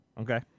Okay